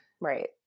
Right